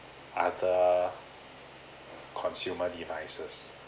other consumer devices